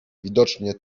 widocznie